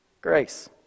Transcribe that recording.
grace